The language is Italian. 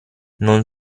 non